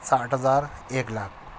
ساٹھ ہزار ایک لاکھ